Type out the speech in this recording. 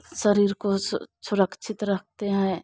शरीर को सु सुरक्षित रखते हैं